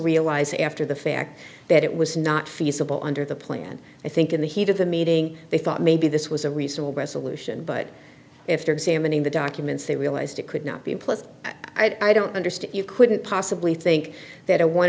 realize after the fact that it was not feasible under the plan i think in the heat of the meeting they thought maybe this was a reasonable resolution but if they're examining the documents they realized it could not be a plus i don't understand you couldn't possibly think that